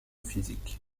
physique